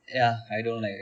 ya I don't like